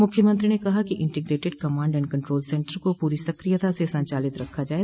मुख्यमंत्री ने कहा कि integrated command and control centre को पूरो सकियता से संचालित रखा जाये